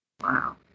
Wow